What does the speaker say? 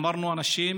אמרנו: אנשים